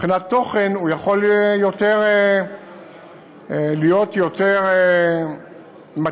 מבחינת תוכן, הוא יכול להיות יותר מתאים,